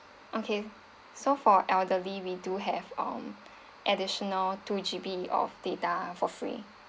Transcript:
okay so for elderly we do have um additional two G_B of data for free